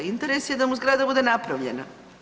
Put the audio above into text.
Interes je da mu zgrada bude napravljena.